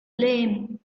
lame